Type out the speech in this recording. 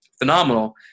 phenomenal